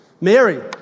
Mary